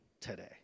today